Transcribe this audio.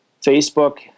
Facebook